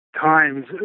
times